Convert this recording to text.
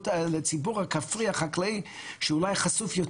אנחנו פועלים בכל פרויקט שאלתי מה המצב היחסי היום.